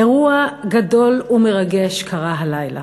אירוע גדול ומרגש קרה הלילה.